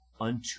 unto